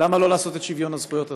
למה לא לעשות את שוויון הזכויות הזה?